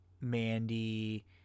Mandy